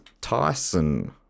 Tyson